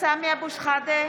סמי אבו שחאדה,